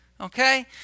Okay